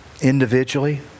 Individually